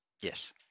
Yes